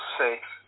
safe